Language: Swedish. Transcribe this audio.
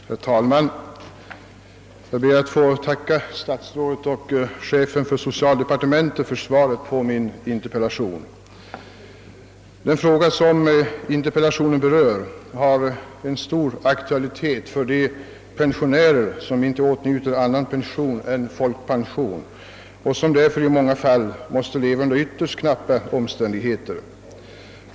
Herr talman! Jag ber att få tacka statsrådet och chefen för socialdepartementet för svaret på min interpellation. Den fråga som interpellationen berör har stor aktualitet för de pensionärer som inte åtnjuter annan pension än folkpension och som därför i många fall måste leva under ytterst knappa omständigheter.